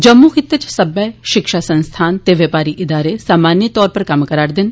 जम्मू खित्ते च सब्बै शिक्षा संस्थान ते बपारी इदारें सामान्य तौरा पर कम्म करा'रदे न